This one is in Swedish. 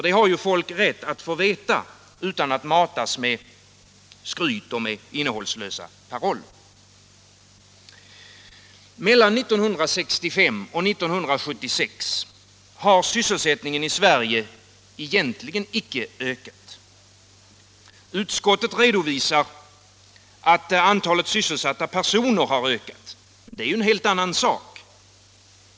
Det har folk rätt att få veta utan att matas med skryt och med innehållslösa paroller. Mellan 1965 och 1976 har sysselsättningen i Sverige egentligen icke ökat. Utskottet redovisar att antalet sysselsatta personer har ökat, men det är ju en helt annan sak.